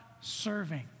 serving